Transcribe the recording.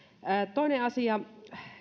toinen asia